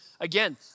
Again